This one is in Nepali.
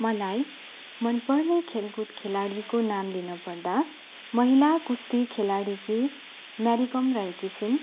मलाई मन पर्ने खेलकुद खेलाडीको नाम लिनु पर्दा महिला कुस्ती खेलाडीकी म्यारी कम रहेकी छिन्